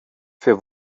für